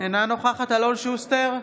אינה נוכחת אלון שוסטר,